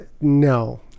no